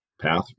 path